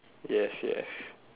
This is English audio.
yes yes